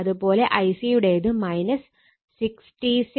അതുപോലെ Ic യുടേത് 66